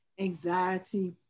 anxiety